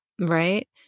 right